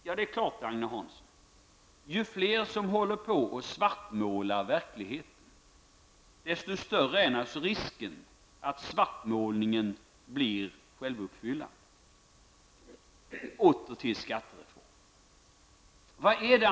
Ja, Agne Hansson, ju fler som håller på att svartmåla verkligheten, desto större är naturligtvis risken att svartmålningen blir självuppfyllande. Åter till skattereformen!